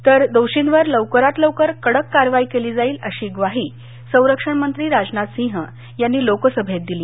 तर दोषींवर लवकरात लवकर कडक कारवाई केली जाईल अशी ग्वाही संरक्षण मंत्री राजनाथ सिंह यांनी लोकसभेत दिली